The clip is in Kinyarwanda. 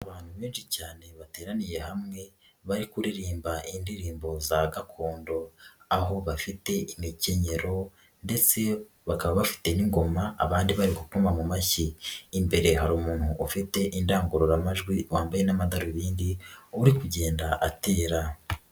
Abantu benshi cyane bateraniye hamwe bari kuririmba indirimbo za gakondo aho bafite imikenyero ndetse bakaba bafite n'ingoma abandi bari gukoma mu mashyi, imbere hari umuntu ufite indangururamajwi wambaye n'amadarubindi uri kugenda atera.